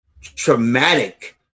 traumatic